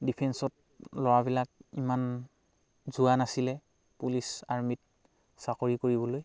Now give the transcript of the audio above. ডিফেঞ্চত ল'ৰাবিলাক ইমান যোৱা নাছিলে পুলিচ আৰ্মিত চাকৰি কৰিবলৈ